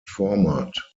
format